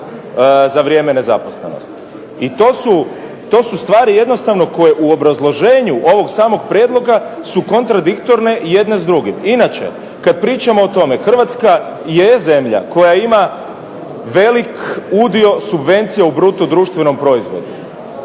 za vrijeme nezaposlenosti. I to su stvari jednostavno koje u obrazloženju ovog samog prijedloga su kontradiktorne jedne s drugim. Inače kad pričamo o tome Hrvatska je zemlja koja ima velik udio subvencija u BDP-u, velik udio